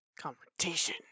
confrontation